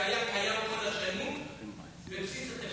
זה תקציב שהיה קיים כל השנים בבסיס התקציב.